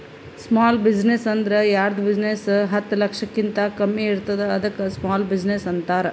small business ಅಂದುರ್ ಯಾರ್ದ್ business ಹತ್ತ ಲಕ್ಷಕಿಂತಾ ಕಮ್ಮಿ ಇರ್ತುದ್ ಅದ್ದುಕ ಸ್ಮಾಲ್ ಬಿಜಿನೆಸ್ ಅಂತಾರ